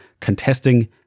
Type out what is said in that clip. contesting